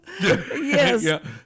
Yes